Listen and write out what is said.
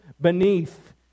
beneath